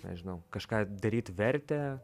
nežinau kažką daryt vertė